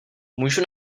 můžu